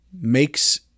makes